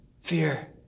Fear